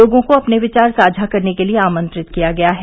लोगों को अपने विचार साझा करने के लिए आमंत्रित किया गया है